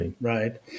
right